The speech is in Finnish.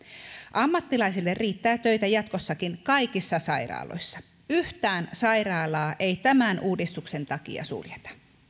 ammattilaisille riittää töitä jatkossakin kaikissa sairaaloissa yhtään sairaalaa ei tämän uudistuksen takia suljeta